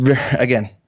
again